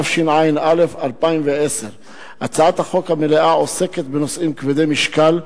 התשע"א 2010. הצעת החוק המלאה עוסקת בנושאים כבדי משקל,